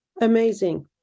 Amazing